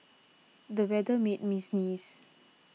the weather made me sneeze